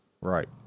Right